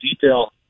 detail